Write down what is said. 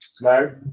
No